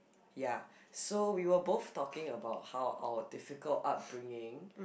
ya so we were both talking about how our difficult upbringing